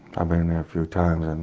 i've been and there a few times.